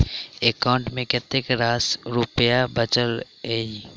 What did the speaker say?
account मे कतेक रास रुपया बचल एई